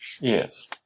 Yes